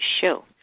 Show